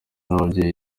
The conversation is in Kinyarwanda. nyababyeyi